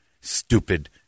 stupid